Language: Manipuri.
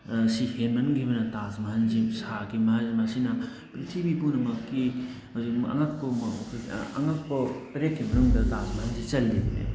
ꯁꯤ ꯍꯦꯟꯃꯟꯒꯤꯕꯅ ꯇꯥꯖ ꯃꯍꯜꯁꯤ ꯁꯥꯈꯤ ꯃꯥꯁꯦ ꯃꯁꯤꯅ ꯄ꯭ꯔꯤꯊꯤꯕꯤ ꯄꯨꯝꯅꯃꯛꯀꯤ ꯍꯧꯖꯤꯛ ꯑꯉꯛꯄ ꯑꯃ ꯑꯩꯈꯣꯏꯒꯤ ꯑꯉꯛꯄ ꯇꯔꯦꯠꯀꯤ ꯃꯅꯨꯡꯗ ꯇꯥꯖ ꯃꯍꯜꯁꯤ ꯆꯜꯂꯤꯕꯅꯦꯕ